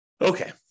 Okay